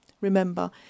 Remember